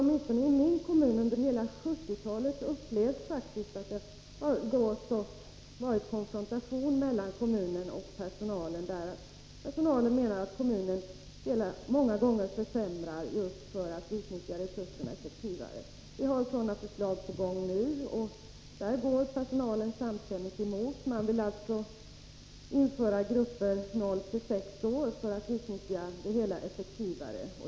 Åtminstone i min kommun har det under hela 1970-talet varit konfrontation mellan kommunen och personalen, därför att personalen menat att kommunen många gånger försämrat förhållandena just för att utnyttja resurserna effektivare. Det finns sådana förslag på gång nu som personalen samstämmigt går emot. Kommunen vill alltså införa grupper med barn i åldern 0-6 år för att utnyttja det hela effektivare.